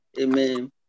Amen